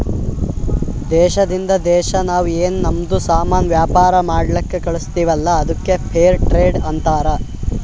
ದೇಶದಿಂದ್ ದೇಶಾ ನಾವ್ ಏನ್ ನಮ್ದು ಸಾಮಾನ್ ವ್ಯಾಪಾರ ಮಾಡ್ಲಕ್ ಕಳುಸ್ತಿವಲ್ಲ ಅದ್ದುಕ್ ಫೇರ್ ಟ್ರೇಡ್ ಅಂತಾರ